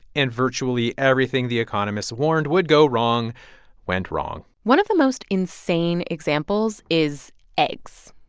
and virtually everything the economists warned would go wrong went wrong one of the most insane examples is eggs.